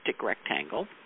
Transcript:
rectangle